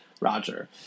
Roger